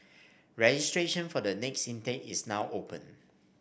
registration for the next intake is now open